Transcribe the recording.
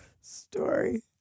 story